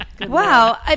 Wow